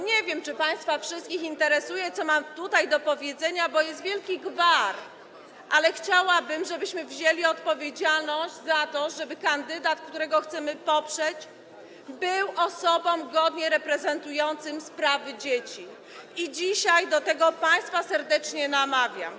Nie wiem, czy wszystkich państwa interesuje to, co mam tutaj do powiedzenia, bo jest wielki gwar, ale chciałabym, żebyśmy wzięli odpowiedzialność za to, żeby kandydat, którego chcemy poprzeć, był osobą godnie reprezentującą sprawy dzieci, i dzisiaj do tego państwa serdecznie namawiam.